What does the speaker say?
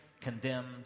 condemned